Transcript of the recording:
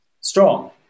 strong